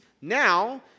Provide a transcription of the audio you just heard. Now